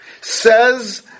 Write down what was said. Says